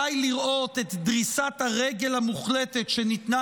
די לראות את דריסת הרגל המוחלטת שניתנה